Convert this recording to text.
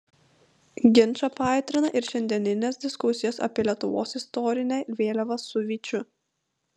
ginčą paaitrina ir šiandieninės diskusijos apie lietuvos istorinę vėliavą su vyčiu